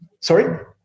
Sorry